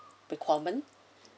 requirement